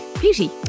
Beauty